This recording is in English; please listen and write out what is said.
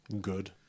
Good